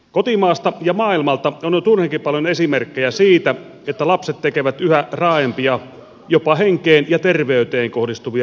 kotimaasta ja maailmalta on jo turhankin paljon esimerkkejä siitä että lapset tekevät yhä raaempia jopa henkeen ja terveyteen kohdistuvia rikoksia